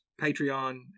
Patreon